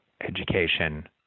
education